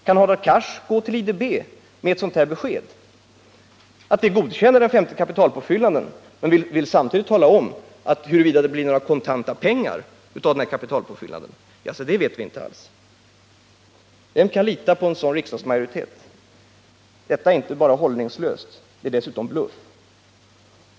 Kan Hadar Cars gå till IDB med beskedet att vi godkänner den femte kapitalpåfyllnaden, men huruvida det blir några pengar vet vi inte? Vem kan lita på en sådan riksdagsmajoritet? Detta är inte bara hållningslöst, det är dessutom bluff.